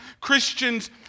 Christians